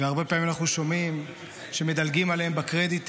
והרבה פעמים אנחנו שומעים שמדלגים עליהם בקרדיטים,